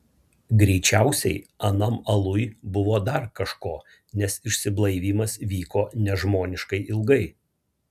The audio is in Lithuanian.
greičiausiai anam aluj buvo dar kažko nes išsiblaivymas vyko nežmoniškai ilgai